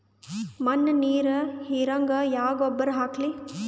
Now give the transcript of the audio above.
ಮಣ್ಣ ನೀರ ಹೀರಂಗ ಯಾ ಗೊಬ್ಬರ ಹಾಕ್ಲಿ?